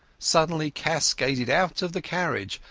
suddenly cascaded out of the carriage,